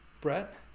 Brett